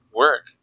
work